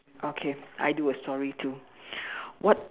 okay I do a story too what